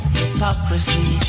hypocrisy